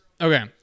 Okay